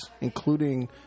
including